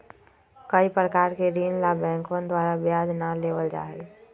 कई प्रकार के ऋण ला बैंकवन द्वारा ब्याज ना लेबल जाहई